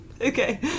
Okay